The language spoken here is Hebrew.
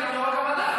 זה לא רק המדע.